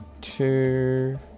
two